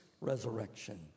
resurrection